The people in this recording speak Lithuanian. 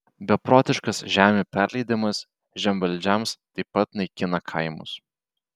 beprotiškas žemių perleidimas žemvaldžiams taip pat naikina kaimus